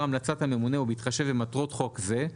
המלצת הממונה ובהתחשב במטרות חוק זה,